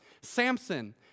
Samson